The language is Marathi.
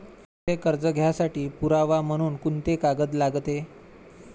मले कर्ज घ्यासाठी पुरावा म्हनून कुंते कागद लागते?